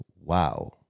wow